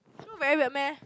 feel very weird meh